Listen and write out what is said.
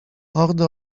hordy